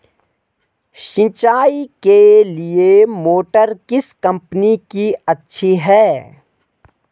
सिंचाई के लिए मोटर किस कंपनी की अच्छी है?